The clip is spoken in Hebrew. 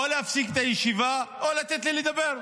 או להפסיק את הישיבה, או לתת לי לדבר -- תדבר,